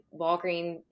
Walgreens